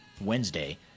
Wednesday